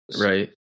Right